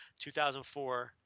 2004